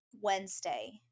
Wednesday